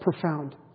profound